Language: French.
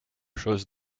chose